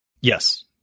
Yes